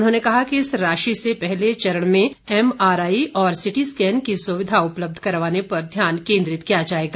उन्होंने कहा कि इस राशि से पहले चरण में एमआरआई और सिटी स्कैन की सुविधा उपलब्ध करवाने पर ध्यान केन्द्रित किया जाएगा